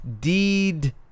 deed